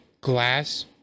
glass